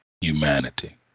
humanity